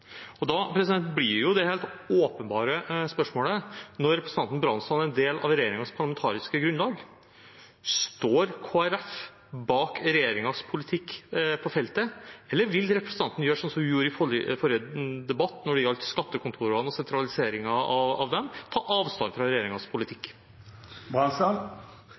Da blir det helt åpenbare spørsmålet, når representanten Bransdal er en del av regjeringens parlamentariske grunnlag: Står Kristelig Folkeparti bak regjeringens politikk på feltet, eller vil representanten gjøre som hun gjorde i forrige debatt, da det gjaldt skattekontorene og sentraliseringen av dem, og ta avstand fra